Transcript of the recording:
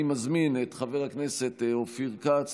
אני מציין לפרוטוקול שחבר הכנסת כסיף